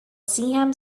seaham